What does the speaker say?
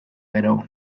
gero